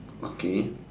okay